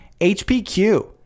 HPQ